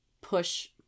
push